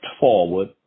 forward